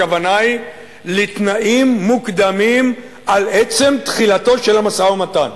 הכוונה היא לתנאים מוקדמים על עצם תחילתו של המשא-ומתן,